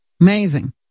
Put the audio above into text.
Amazing